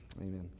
Amen